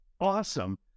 Awesome